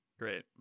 Great